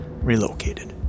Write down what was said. relocated